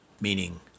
meaning